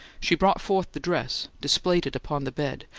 she brought forth the dress, displayed it upon the bed,